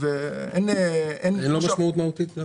אין לו משמעות מהותית.